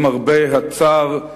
למרבה הצער,